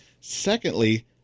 Secondly